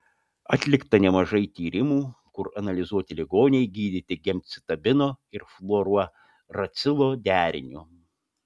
atlikta nemažai tyrimų kur analizuoti ligoniai gydyti gemcitabino ir fluorouracilo deriniu